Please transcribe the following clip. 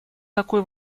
такой